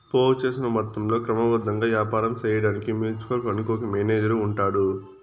పోగు సేసిన మొత్తంలో క్రమబద్ధంగా యాపారం సేయడాన్కి మ్యూచువల్ ఫండుకు ఒక మేనేజరు ఉంటాడు